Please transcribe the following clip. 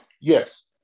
Yes